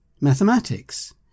mathematics